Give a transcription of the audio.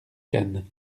cannes